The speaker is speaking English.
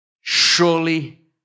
Surely